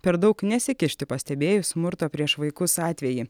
per daug nesikišti pastebėjus smurto prieš vaikus atvejį